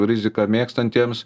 riziką mėgstantiems